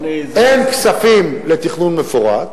אין כספים לתכנון מפורט,